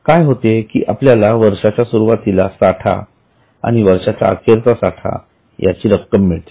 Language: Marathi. काय होते की आपल्याला वर्षाच्या सुरुवातीचा साठा आणि वर्षाच्या अखेरचा साठा याची रक्कम मिळते